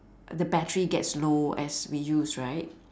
the battery gets low as we use right